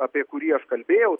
apie kurį aš kalbėjau